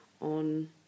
on